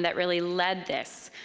that really led this.